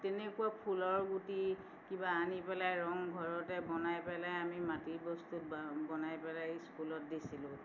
তেনেকুৱা ফুলৰ গুটি কিবা আনি পেলাই ৰং ঘৰতে বনাই পেলাই আমি মাটিৰ বস্তু বা বনাই পেলাই স্কুলত দিছিলোঁ